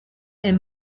est